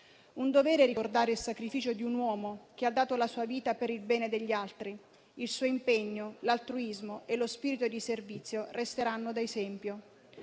un dovere ricordare il sacrificio di un uomo che ha dato la sua vita per il bene degli altri. Il suo impegno, l'altruismo e lo spirito di servizio resteranno da esempio,